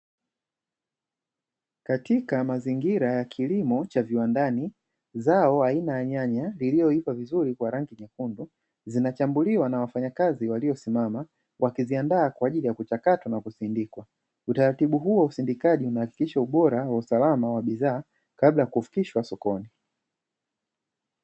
Katka mazinira ya kilimo cha viwandani, zao aina ya nyanya zilizoiva vizuri kwa rangi nyekundu zinachambuliwa na wafanyakazi waliosimama wakiziandaa kwaajili ya kuchakata na kusindikwa. Utaratibu huo w usindikaji unahakikisha ubora na usalama wa bidhaa kabla ya kufikishwa sokoni.